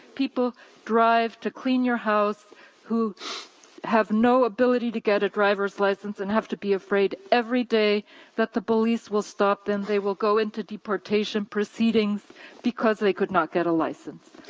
people drives to clean your house who have no ability to get a driver's license and have to be afraid every day that the police will stop them, then they will go into deportation proceedings because they could not get a license.